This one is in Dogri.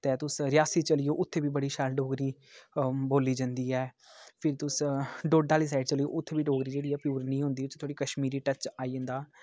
ते तुस रियासी चली जाओ उत्थै बी बड़ी शैल डोगरी बोली जंदी ऐ फिर तुस डोडा आह्ली साइड चली जाओ उत्थें बी डोगरी जेह्ड़ी प्योर नी होंदी थोह्ड़ी कश्मीरी टच आई जंदा